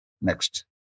Next